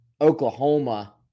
Oklahoma